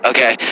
Okay